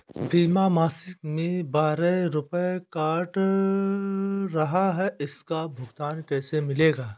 बीमा मासिक में बारह रुपय काट रहा है इसका भुगतान कैसे मिलेगा?